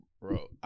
bro